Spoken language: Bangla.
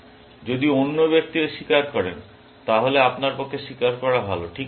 যদি অন্য ব্যক্তি স্বীকার করেন তাহলে আপনার পক্ষে স্বীকার করা ভাল ঠিক আছে